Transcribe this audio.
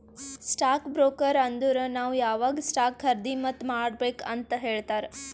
stock broker ಅಂದುರ್ ನಾವ್ ಯಾವಾಗ್ ಸ್ಟಾಕ್ ಖರ್ದಿ ಮತ್ ಮಾರ್ಬೇಕ್ ಅಂತ್ ಹೇಳ್ತಾರ